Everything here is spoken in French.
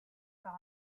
par